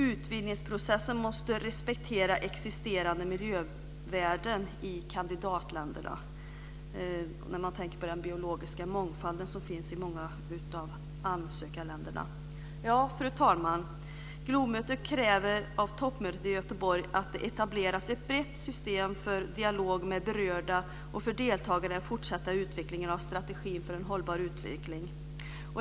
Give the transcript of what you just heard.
Utvidgningsprocessen måste respektera existerande miljövärden i kandidatländerna med tanke på den biologiska mångfald som finns i många av ansökarländerna. Fru talman! Globemötet kräver av toppmötet i Göteborg att det etableras ett brett system för dialog med berörda och för deltagande i den fortsatta utvecklingen av strategin för en hållbar utveckling.